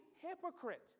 hypocrite